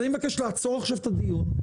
אני מבקש לעצור עכשיו את הדיון,